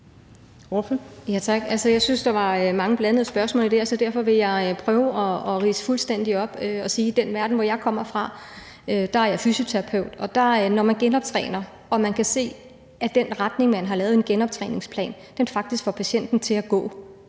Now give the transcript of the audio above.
(S): Ja, tak. Jeg synes, at der var mange blandede spørgsmål i det her, så derfor vil jeg prøve at ridse det fuldstændig op og sige, at i den verden, hvor jeg kommer fra, er jeg fysioterapeut, og når man genoptræner, og når man kan se, at den retning, man har lagt for en genoptræningsplan, rent faktisk får patienten til at gå,